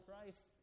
Christ